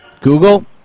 Google